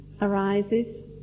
arises